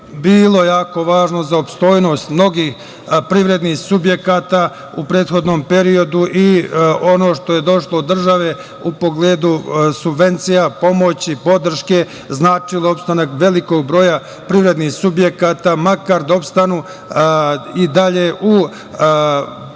bilo jako važno za opstanak mnogih privrednih subjekata u prethodnom periodu i ono što je došlo od države u pogledu subvencija, pomoći, podrške značilo opstanak velikog broja privrednih subjekata, makar da opstanu i dalje u poslu,